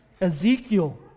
Ezekiel